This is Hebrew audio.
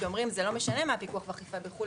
כי אומרים שזה לא משנה מה הפיקוח והאכיפה בחו"ל,